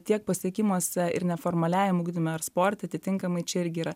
tiek pasiekimuose ir neformaliajame ugdyme ir sporte atitinkamai čia irgi yra